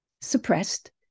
suppressed